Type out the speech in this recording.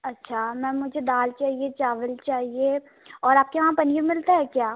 अच्छा मैम मुझे दाल चाहिए चावल चाहिए और आपके यहाँ पनीर मिलता है क्या